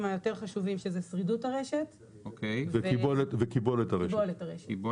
היותר חשובים שזה שרידות הרשת וקיבולת הרשת.